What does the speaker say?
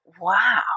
wow